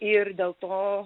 ir dėl to